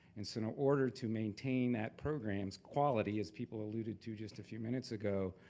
and so in order to maintain that program's quality as people alluded to just a few minutes ago,